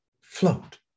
float